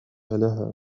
لها